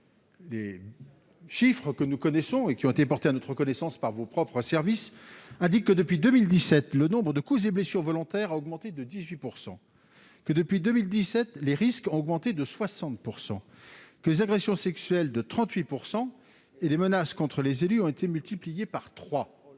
Les chiffres que nous connaissons et qui ont été portés à notre connaissance, par vos propres services indique que depuis 2017 le nombre de coups et blessures volontaires a augmenté de 18 % que depuis 2017 les risques ont augmenté de 60 % que les agressions sexuelles de 38 % et les menaces contre les élus ont été multipliés par 3,